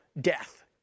death